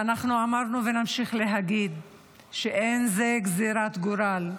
ואנחנו אמרנו ונמשיך להגיד שאין זו גזרת גורל.